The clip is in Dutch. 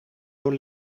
door